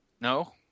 No